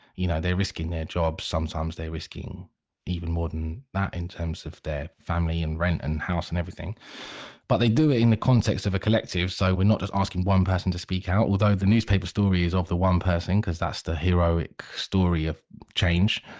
you know they're risking their jobs sometimes they're risking even more than that in terms of their family and rent and house and everything but they do it in the context of a collective so we're not just asking one person to speak out, although the newspaper story is of the one person because that's the heroic story of change.